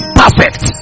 perfect